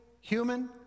human